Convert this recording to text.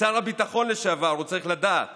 כשר הביטחון לשעבר הוא צריך לדעת